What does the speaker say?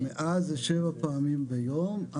מאז זה שבע פעמים ביום.